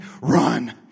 run